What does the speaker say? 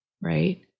right